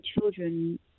children